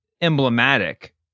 emblematic